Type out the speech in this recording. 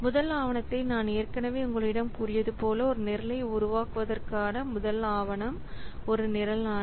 முதல் ஆவணத்தை நான் ஏற்கனவே உங்களிடம் கூறியது போல ஒரு நிரலை உருவாக்குவதற்கான முதல் ஆவணம் ஒரு நிரல் ஆணை